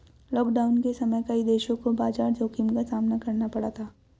lockdown के समय कई देशों को बाजार जोखिम का सामना करना पड़ा था